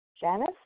Janice